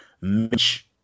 Mitch